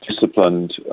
disciplined